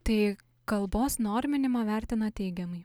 tai kalbos norminimą vertinat teigiamai